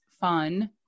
fun